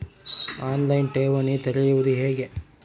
On line ಠೇವಣಿ ತೆರೆಯುವುದು ಹೇಗೆ?